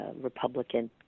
Republican